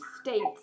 states